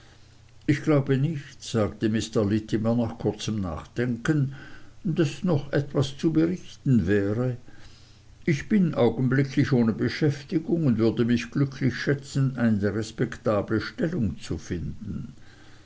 ich glaube nicht sagte mr littimer nach kurzem nachdenken daß noch etwas zu berichten wäre ich bin augenblicklich ohne beschäftigung und würde mich glücklich schätzen eine respektable stellung zu finden